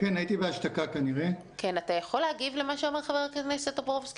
כנראה כשלת להסביר לאזרחים ולתושבים את הסוגיה הזאת,